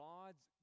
God's